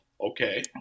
Okay